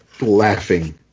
laughing